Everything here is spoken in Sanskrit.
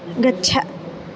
गच्छ